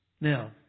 Now